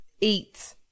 Eat